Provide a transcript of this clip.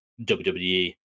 WWE